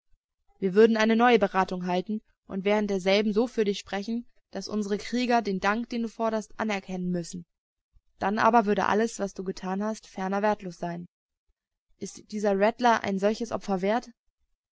wir würden eine neue beratung halten und während derselben so für dich sprechen daß unsere krieger den dank den du forderst anerkennen müßten dann aber würde alles was du getan hast ferner wertlos sein ist dieser rattler ein solches opfer wert